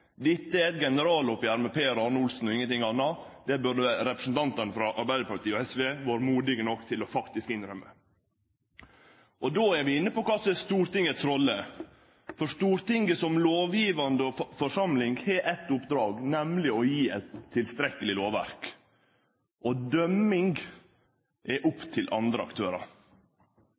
Dette er eit generaloppgjer med Per Arne Olsen og ikkje noko anna. Det burde representantane frå Arbeidarpartiet og SV vore modige nok til faktisk å innrømme. Då er vi inne på kva som er Stortingets rolle. Stortinget som lovgivande forsamling har eitt oppdrag, nemleg å gje eit tilstrekkeleg lovverk. Dømminga er opp til andre aktørar.